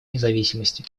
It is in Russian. независимости